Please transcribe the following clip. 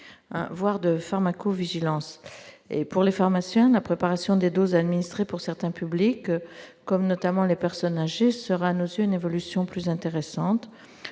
voire de pharmacovigilance. Pour les pharmaciens, la préparation des doses à administrer pour certains publics, notamment les personnes âgées, serait une évolution plus intéressante.